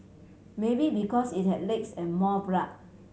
maybe because it had legs and more blood